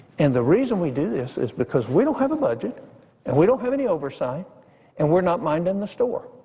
and the reason we do this is because we don't have a budget and we don't have any oversight and we're not minding the store.